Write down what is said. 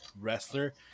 wrestler